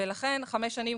ולכן חמש שנים,